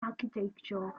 architectural